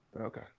Okay